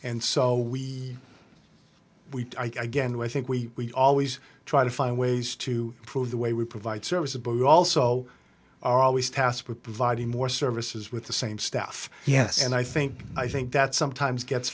and so we try again to i think we always try to find ways to improve the way we provide services but we also are always tasked with providing more services with the same staff yes and i think i think that sometimes gets